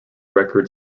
record